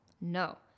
No